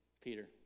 peter